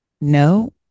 no